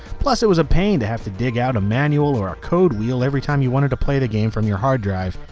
plus it was a pain to have to dig out a manual or ah code wheel every time you wanted to play the game from your hard drive.